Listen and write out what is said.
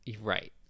Right